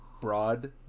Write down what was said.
Broad